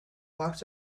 walked